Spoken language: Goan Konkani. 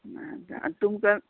ना जा तुमकां